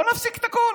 בוא נפסיק את הכול.